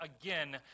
again